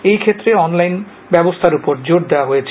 এই ক্ষেত্রে অনলাইন ব্যবস্থার উপর জোর দেওয়া হয়েছে